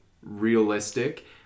realistic